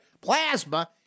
plasma